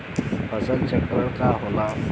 फसल चक्रण का होला?